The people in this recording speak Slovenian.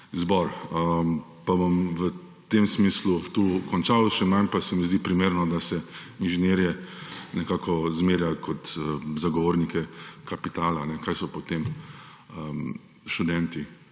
zbor. Pa bom v tem smislu tu končal, še manj pa se mi zdi primerno, da se inženirje nekako zmerja kot zagovornike kapitala. Kaj so potem študenti?